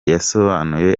yasobanuye